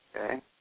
Okay